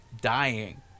dying